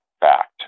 fact